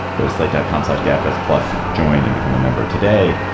ghostlike dot coms like gap s plus join and become a member today.